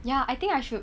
ya I think I should